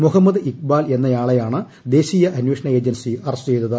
മൊഹമ്മദ് ഇക്ബാൽ എന്നായാളെയാണ് ദേശീയ അന്വേഷണ ഏജൻസി അറസ്റ്റ് ചെയ്തത്